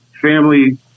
family